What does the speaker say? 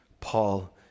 Paul